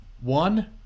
one